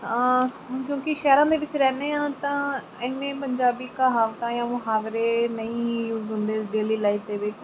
ਕਿਉਂਕਿ ਸ਼ਹਿਰਾਂ ਦੇ ਵਿੱਚ ਰਹਿੰਦੇ ਹਾਂ ਤਾਂ ਇੰਨੇ ਪੰਜਾਬੀ ਕਹਾਵਤਾਂ ਜਾਂ ਮੁਹਾਵਰੇ ਨਹੀਂ ਯੂਜ਼ ਹੁੰਦੇ ਡੇਲੀ ਲਾਈਫ ਦੇ ਵਿੱਚ